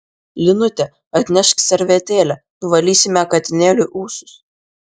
linute atnešk servetėlę nuvalysime katinėliui ūsus